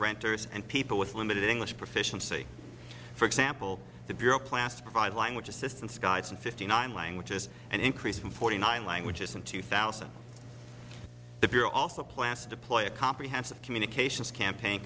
renters and people with limited english proficiency for example the bureau plans to provide language assistance guides in fifty nine languages an increase from forty nine languages in two thousand the bureau also plans to deploy a comprehensive communications campaign